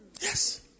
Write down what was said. Yes